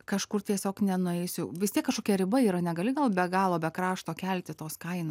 kažkur tiesiog nenueisiu vis tiek kažkokia riba yra negali gal be galo be krašto kelti tos kainos